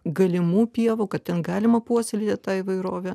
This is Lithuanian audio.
galimų pievų kad ten galima puoselėti tą įvairovę